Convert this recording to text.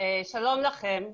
שלום לכם.